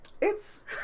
It's-